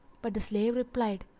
but the slave replied,